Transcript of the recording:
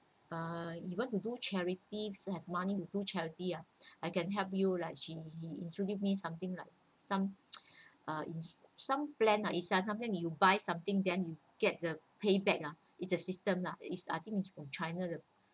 uh you want to do charity to have money to do charity ah I can help you like she introduce me something like some uh it's some plan ah it's something you buy something then you get the pay back ah it's a system lah it's I think it's from china the